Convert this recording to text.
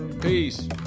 Peace